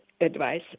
advice